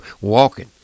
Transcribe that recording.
Walking